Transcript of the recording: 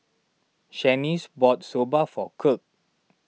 Shanice bought Soba for Kirk